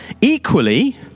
equally